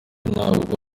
ntabwo